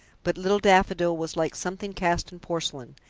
but little daffodil was like something cast in porcelain,